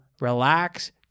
relax